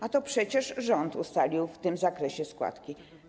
A to przecież rząd ustalił w tym zakresie składki.